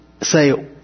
say